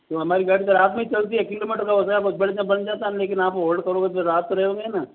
तो हमारी गाड़ी तो रात में ही चलती है किलोमीटर का हो जाएगा बस बन जाता न लेकिन आप होल्ड करोगे तो रात तो रहोगे ना